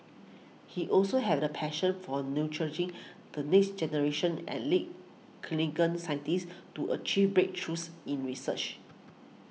he also had a passion for nurturing the next generation and lead clean scientists to achieve breakthroughs in research